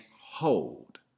hold